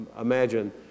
imagine